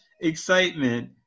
excitement